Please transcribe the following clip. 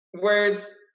words